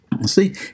See